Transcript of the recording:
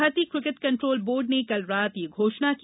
भारतीय cricket control board ने कल रात यह घोषणा की